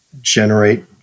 generate